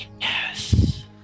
Yes